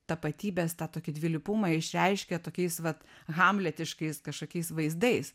tapatybės tokį dvilypumą išreiškia tokiais vat hamletiškais kažkokiais vaizdais